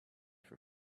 for